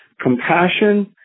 compassion